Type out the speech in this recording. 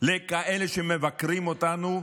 לכאלה שמבקרים אותנו?